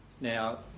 Now